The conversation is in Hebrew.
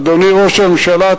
אדוני ראש הממשלה,